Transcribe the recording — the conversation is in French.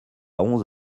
onze